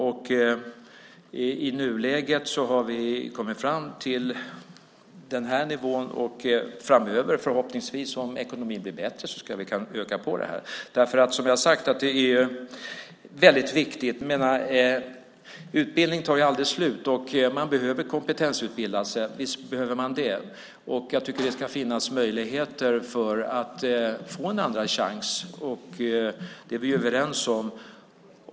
I nuläget har vi kommit fram till nämnda nivå. Framöver kan vi förhoppningsvis, om ekonomin blir bättre, utöka här. Det här är, som jag tidigare sagt, väldigt viktigt. Utbildning tar aldrig slut. Man behöver kompetensutbilda sig - visst är det så. Jag tycker att det ska finnas möjligheter att få en andra chans. Det är vi överens om.